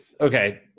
okay